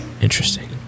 Interesting